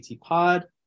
Pod